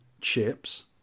chips